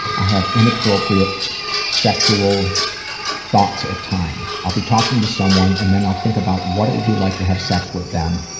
i have inappropriate sexual thoughts at times. i'll be talking to someone and then i'll think about what it would be like to have sex with them,